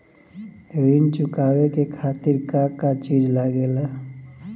ऋण चुकावे के खातिर का का चिज लागेला?